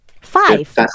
Five